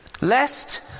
lest